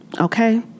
Okay